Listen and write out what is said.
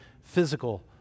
physical